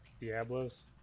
Diablo's